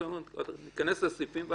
אנחנו ניכנס לסעיפים,